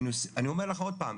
אני אומר עוד פעם,